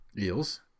Eels